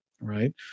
right